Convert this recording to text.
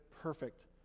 perfect